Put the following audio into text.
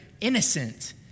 innocent